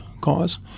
cause